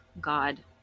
god